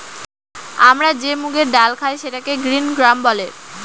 আমরা যে মুগের ডাল খায় সেটাকে গ্রিন গ্রাম বলে